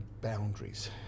boundaries